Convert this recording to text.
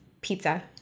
pizza